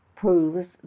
Proves